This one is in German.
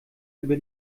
über